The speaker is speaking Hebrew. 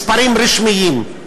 מספרים רשמיים: